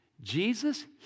Jesus